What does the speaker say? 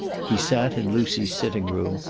he sat in lucy's sitting-room,